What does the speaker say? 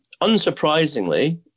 unsurprisingly